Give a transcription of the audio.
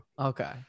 Okay